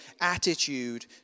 attitude